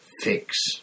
fix